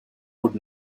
would